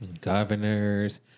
governors